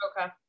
Okay